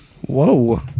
Whoa